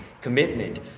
commitment